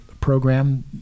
program